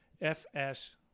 FS